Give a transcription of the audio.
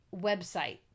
website